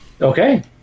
Okay